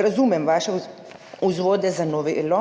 Razumem vaše vzvode za novelo.